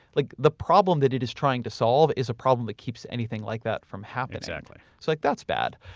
like the problem that it is trying to solve is a problem that keeps anything like that from happening. exactly. so, like that's bad.